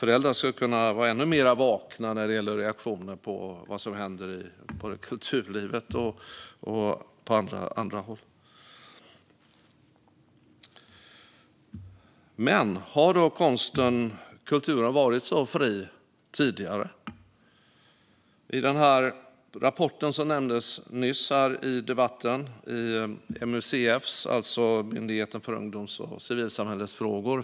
Föräldrar skulle kunna vara ännu mer vakna när det gäller reaktionen på vad som händer både i kulturlivet och på andra håll. Men har då konsten och kulturen varit så fri tidigare? Man har nämnt rapporter i debatten. Det finns en från MUCF, alltså Myndigheten för ungdoms och civilsamhällesfrågor.